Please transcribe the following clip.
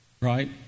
right